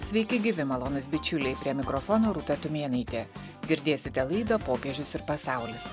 sveiki gyvi malonūs bičiuliai prie mikrofono rūta tumėnaitė girdėsite laidą popiežius ir pasaulis